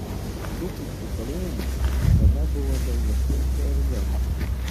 lukiškių kalėjimas visada buvo daugiafunkcė erdvė